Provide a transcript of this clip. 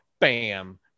Bam